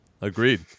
Agreed